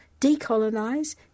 decolonise